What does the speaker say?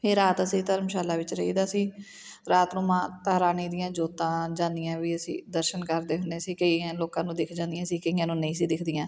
ਅਤੇ ਰਾਤ ਅਸੀਂ ਧਰਮਸ਼ਾਲਾ ਵਿੱਚ ਰਹੀਦਾ ਸੀ ਰਾਤ ਨੂੰ ਮਾਤਾ ਰਾਣੀ ਦੀਆਂ ਜੋਤਾਂ ਜਾਂਦੀਆਂ ਵੀ ਅਸੀਂ ਦਰਸ਼ਨ ਕਰਦੇ ਹੁੰਦੇ ਸੀ ਕਈਆਂ ਲੋਕਾਂ ਨੂੰ ਦਿਖ ਜਾਂਦੀਆਂ ਸੀ ਕਈਆਂ ਨੂੰ ਨਹੀਂ ਸੀ ਦਿਖਦੀਆਂ